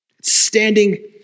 standing